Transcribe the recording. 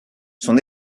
son